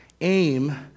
Aim